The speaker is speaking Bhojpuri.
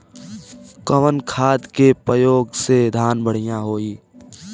कवन खाद के पयोग से धान बढ़िया होई?